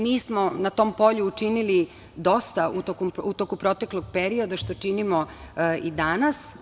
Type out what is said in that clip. Mi smo na tom polju učinili dosta u toku proteklog perioda, što činimo i danas.